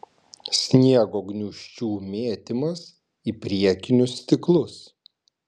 sniego gniūžčių mėtymas į priekinius stiklus